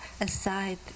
aside